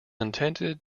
intended